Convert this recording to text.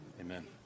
Amen